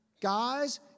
guys